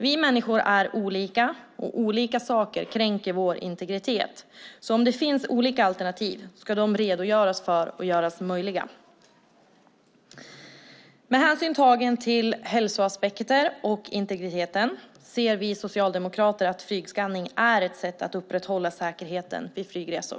Vi människor är olika, och olika saker kränker vår integritet. Finns det olika alternativ ska dessa alltså redogöras för och göras möjliga. Med hänsyn tagen till hälsoaspekter och integriteten ser vi socialdemokrater att flygskanning är ett sätt att upprätthålla säkerheten vid flygresor.